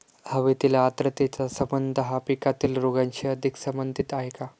हवेतील आर्द्रतेचा संबंध हा पिकातील रोगांशी अधिक संबंधित आहे का?